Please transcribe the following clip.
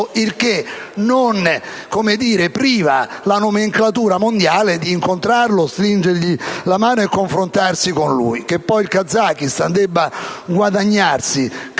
ciò non vieta alla nomenclatura mondiale di incontrarlo, stringergli la mano e confrontarsi con lui. Che poi il Kazakistan debba guadagnarsi credenziali